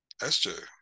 SJ